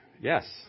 Yes